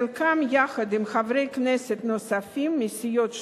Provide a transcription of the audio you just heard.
חלקן יחד עם חברי כנסת נוספים מסיעות שונות.